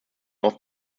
auf